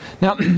Now